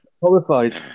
Horrified